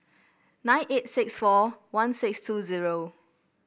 nine eight six four one six two zero